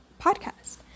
podcast